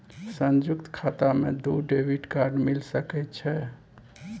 संयुक्त खाता मे दू डेबिट कार्ड मिल सके छै?